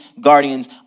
guardians